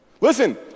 Listen